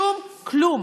שום כלום.